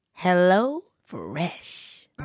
HelloFresh